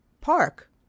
Park